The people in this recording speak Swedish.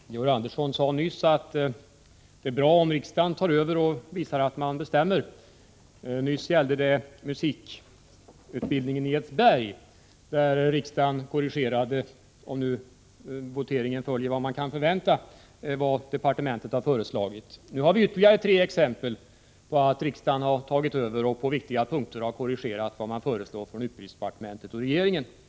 Herr talman! Georg Andersson sade nyss att det är bra om riksdagen tar över och visar att det är den som bestämmer. Det gällde då musikutbildning i Edsberg, där riksdagen korrigerade, om nu av voteringen följer vad som kan förväntas, vad departementet har föreslagit. Nu har vi ytterligare tre exempel där riksdagen har tagit över och på viktiga punkter korrigerat vad utbildningsdepartementet och regeringen föreslagit.